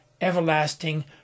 everlasting